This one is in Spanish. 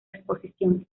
exposición